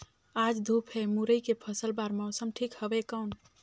आज धूप हे मुरई के फसल बार मौसम ठीक हवय कौन?